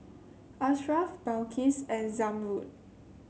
Ashraf Balqis and Zamrud